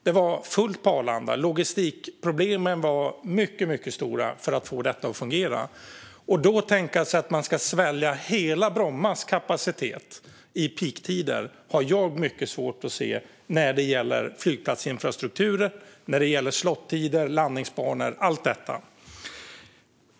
Det var fullt på Arlanda. Logistikproblemen var mycket stora. Att då tänka sig att svälja hela Brommas kapacitet i peaktider har jag mycket svårt att se när det gäller flygplatsinfrastrukturer, slottider, landningsbanor och så vidare.